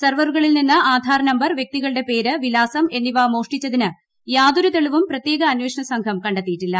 സെർവറുകളിൽ നിന്ന് ആധാർ നമ്പർ വൃക്തികളുടെ പേര് വിലാസം എന്നിവ മോഷ്ടിച്ചതിന് യാതൊരു തെളിവും പ്രത്യേക അന്വേഷണസംഘം കണ്ടെത്തിയിട്ടില്ല